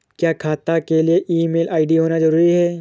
क्या खाता के लिए ईमेल आई.डी होना जरूरी है?